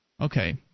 Okay